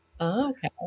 okay